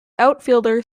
outfielder